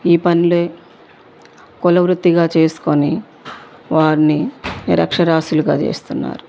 ఈ పనులు కులవృత్తిగా చేసుకొని వారిని నిరక్షరాస్యులుగా చేస్తున్నారు